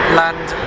land